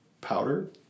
powder